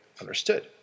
understood